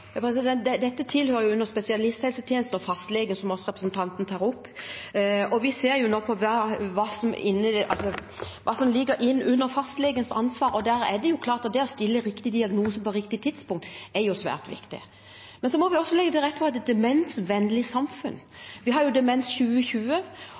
Dette hører jo inn under spesialisthelsetjenesten og fastlegen, som også representanten tar opp. Vi ser nå på hva som er fastlegens ansvar, og det å stille riktig diagnose på riktig tidspunkt er svært viktig. Men så må vi også legge til rette for et demensvennlig samfunn. Vi har Demensplan 2020, og vi ønsker å jobbe videre med hvordan vi kan legge til rette for et demensvennlig